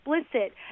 explicit